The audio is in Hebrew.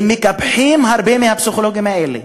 הם מקפחים הרבה מהפסיכולוגים האלה,